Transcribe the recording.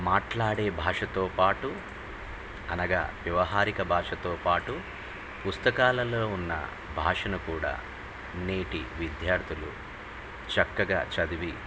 మాట్లాడే భాషతో పాటు అనగా వ్యవహారిక భాషతో పాటు పుస్తకాలలో ఉన్న భాషను కూడా నేటి విద్యార్థులు చక్కగా చదివి